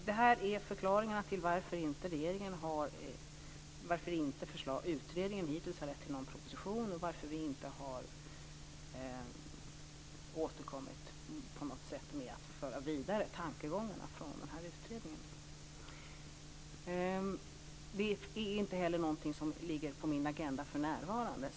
Detta är förklaringarna till varför utredningen hittills inte har lett till någon proposition och till varför vi inte på något sätt har fört tankegångarna från den här utredningen vidare. Detta är inte heller något som står på min agenda för närvarande.